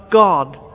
God